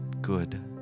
good